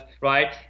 right